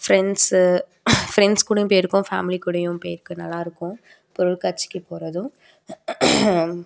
friends friends கூடயும் போயிருக்கோம் family கூடயும் போய்ருக்கோம் நல்லாயிருக்கும் பொருட்காட்சிக்கு போகிறதும்